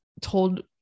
told